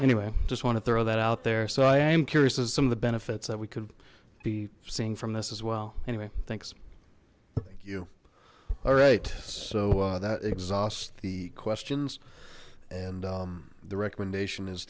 anyway i just want to throw that out there so i am curious as some of the benefits that we could be seeing from this as well anyway thanks thank you all right so that exhausts the questions and the recommendation